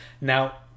Now